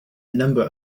number